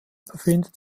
befindet